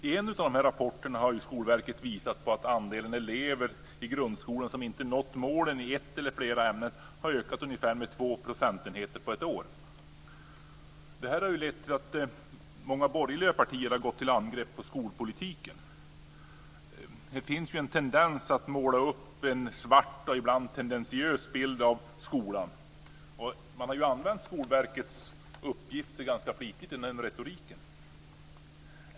I en av rapporterna har Skolverket visat på att andelen elever i grundskolan som inte nått målen i ett eller flera ämnen har ökat med ungefär två procentenheter på ett år. Det har lett till att många borgerliga partier har gått till angrepp på skolpolitiken. Det finns en tendens att måla upp en svart och ibland tendentiös bild av skolan. Man har använt Skolverkets uppgifter ganska flitigt i den retoriken.